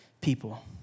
people